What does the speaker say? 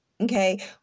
Okay